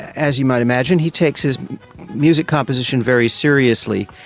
as you might imagine he takes his music composition very seriously,